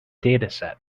dataset